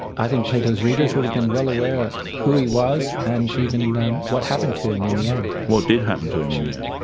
i think plato's readers would have been well aware who he was, and even what happened to him in the end. what did happen to him in the end?